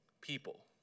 people